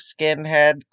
skinhead